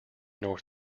north